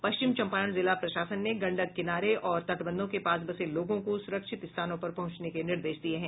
पश्चिम चंपारण जिला प्रशासन ने गंडक किनारे और तटबंधों के पास बसे लोगों को सुरक्षित स्थानों पर पहुंचाने के निर्देश दिये हैं